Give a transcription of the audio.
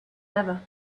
ever